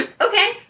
Okay